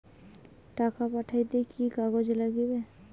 টাকা পাঠাইতে কি কাগজ নাগীবে?